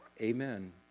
Amen